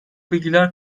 bilgiler